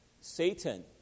Satan